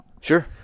Sure